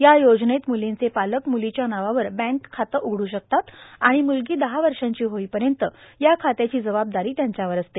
या योजनेत म्रलींचे पालक म्रलीच्या नावावर बँक खातं उघडू शकतात आणि म्रलगी दहा वर्षाची होईपर्यंत या खात्याची जबाबदारी त्यांच्यावर असते